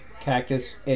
Cactus